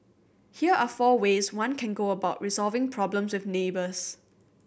here are four ways one can go about resolving problems with neighbours